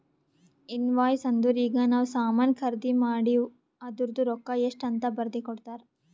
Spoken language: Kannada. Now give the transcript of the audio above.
ಇನ್ವಾಯ್ಸ್ ಅಂದುರ್ ಈಗ ನಾವ್ ಸಾಮಾನ್ ಖರ್ದಿ ಮಾಡಿವ್ ಅದೂರ್ದು ರೊಕ್ಕಾ ಎಷ್ಟ ಅಂತ್ ಬರ್ದಿ ಕೊಡ್ತಾರ್